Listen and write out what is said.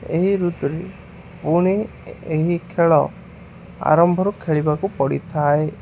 ଏହି ଋତୁରେ ପୁଣି ଏହି ଖେଳ ଆରମ୍ଭରୁ ଖେଳିବାକୁ ପଡ଼ିଥାଏ